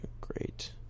great